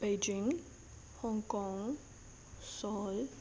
Beijing Hong Kong Seoul